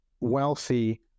wealthy